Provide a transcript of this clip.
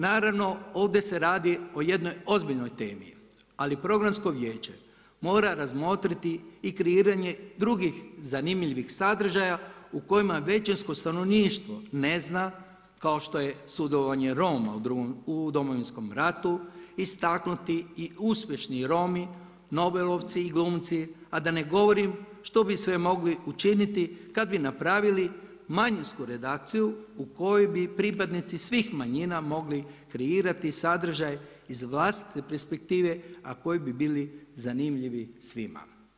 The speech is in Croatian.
Naravno, ovdje se radi o jednoj ozbiljnoj temi ali Programsko vijeće mora razmotriti i kreiranje drugih zanimljivih sadržaja u kojima većinsko stanovništvo ne zna kao što je sudjelovanje Roma u Domovinskom ratu istaknuti i uspješni Romi nobelovci i glumci, a da ne govorim što bi sve mogli učiniti kad bi napravili manjinsku redakciju u kojoj bi pripadnici svih manjina mogli kreirati sadržaj iz vlastite perspektive, a koji bi bili zanimljivi svima.